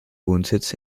wohnsitz